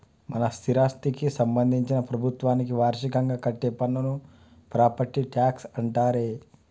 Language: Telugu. మన స్థిరాస్థికి సంబందించిన ప్రభుత్వానికి వార్షికంగా కట్టే పన్నును ప్రాపట్టి ట్యాక్స్ అంటారే